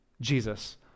Jesus